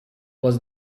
was